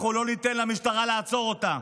אנחנו לא ניתן למשטרה לעצור אותה.